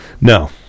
No